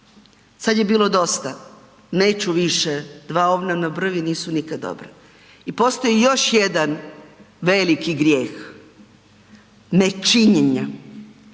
sada je bilo dosta, neću više. Dva ovna na brvi nisu nikad dobro. I postoji još jedan veliki grijeh, nečinjenja.